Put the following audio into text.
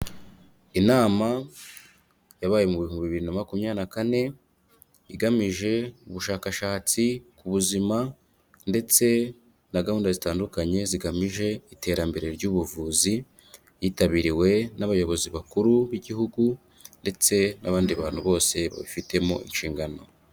Inama yabaye mu bihumbi bibiri na makumyari na kane igamije ubushakashatsi ku buzima ndetse na gahunda zitandukanye zigamije iterambere ry'ubuvuzi, yitabiriwe n'abayobozi bakuru b'igihugu ndetse n'abandi bantu bose babifitemo inshingano.